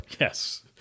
Yes